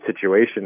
situation